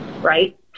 right